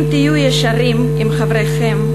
אם תהיו ישרים עם חבריכם,